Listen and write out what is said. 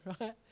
right